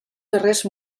guerrers